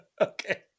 Okay